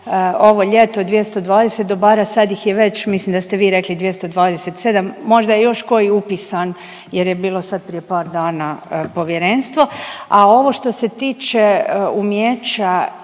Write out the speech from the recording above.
ovo ljeto 220 dobara, sad ih je već mislim da ste vi rekli 227, možda je još koji upisan jer je bilo sad prije par dana povjerenstvo, a ovo što se tiče umijeća